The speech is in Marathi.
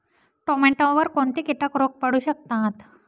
टोमॅटोवर कोणते किटक रोग पडू शकतात?